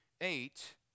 eight